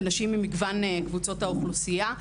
נשים ממגוון קבוצות האוכלוסייה.